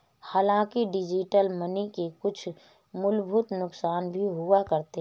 हांलाकि digital money के कुछ मूलभूत नुकसान भी हुआ करते हैं